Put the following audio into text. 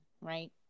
right